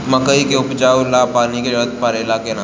मकई के उपजाव ला पानी के जरूरत परेला का?